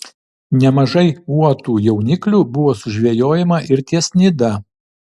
nemažai uotų jauniklių buvo sužvejojama ir ties nida